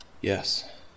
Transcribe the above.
Yes